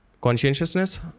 conscientiousness